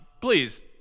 please